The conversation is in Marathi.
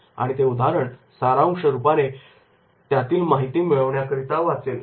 आणि ते उदाहरण सारांश रूपाने त्यातील माहिती मिळवण्याकरता वाचेल